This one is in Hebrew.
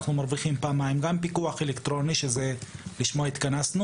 אנחנו מרוויחים פעמיים: גם פיקוח אלקטרוני שלשמו התכנסנו